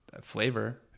flavor